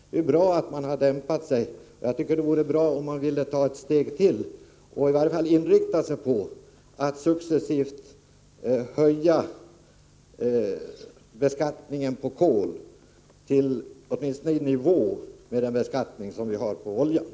Det är bra att de har dämpat sig, och jag tycker det vore bra om de ville ta ytterligare ett steg och i varje fall inrikta sig på att successivt höja beskattningen på kol till en nivå som åtminstone överensstämmer med den vi har för oljan.